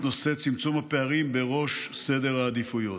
נושא צמצום הפערים בראש סדר העדיפויות.